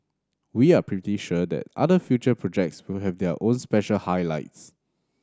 we are pretty sure that other future projects will have their own special highlights